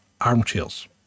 armchairs